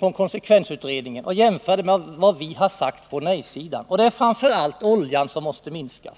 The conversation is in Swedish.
i konsekvensutredningen och jämföra det med vad vi säger på nej-sidan. Framför allt måste oljeförbrukningen minskas.